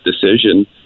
decision